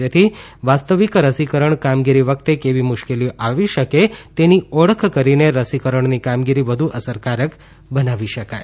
જેથી વાસ્તવિક રસીકરણ કામગીરી વખતે કેવી મુશ્કેલીઓ આવી શકે તેની ઓળખ કરીને રસીકરણની કામગીરી વધુ અસરકારક બનાવી શકાય